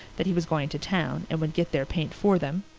that he was going to town and would get their paint for them,